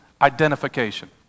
identification